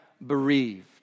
bereaved